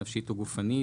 נפשית או גופנית,